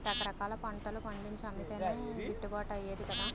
రకరకాల పంటలు పండించి అమ్మితేనే గిట్టుబాటు అయ్యేది కదా